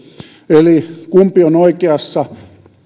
eli kumpi on oikeassa